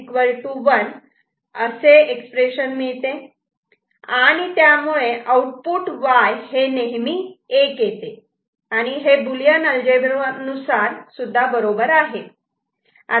1 1 असे मिळते आणि त्यामुळे आउटपुट Y हे नेहमी 1 येते आणि हे बुलियन अल्जेब्रा नुसार बरोबर आहे